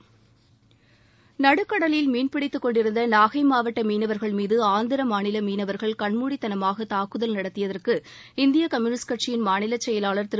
ஈடுக்கடலில் மீன்பிடித்துக் கொண்டிருந்தநாகைமாவட்டமீனவர்கள் மீதுஆந்திரமாநிலமீனவர்கள் கண்மூடித்தனமாகதாக்குதல் நடத்தியதற்கு இந்தியகம்யூனிஸ்ட் கட்சியின் மாநிலச் செயலாளர் திரு